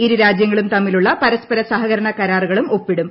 ഇരു രാജ്യങ്ങളും തമ്മിലുള്ള പരസ്പര സഹകരണ കരാറുകളും ഒപ്പിടും